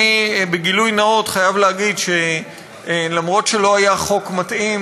אני בגילוי נאות חייב להגיד שאף שלא היה חוק מתאים,